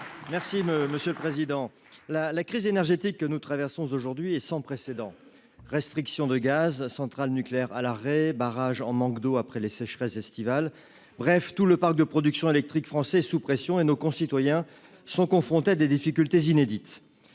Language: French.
Le monsieur le président, la la crise énergétique que nous traversons aujourd'hui est sans précédent, restriction de gaz centrales nucléaires à l'arrêt barrage en manque d'eau après les sécheresses estivales, bref tout le parc de production électrique français sous pression et nos concitoyens sont confrontés à des difficultés inédites,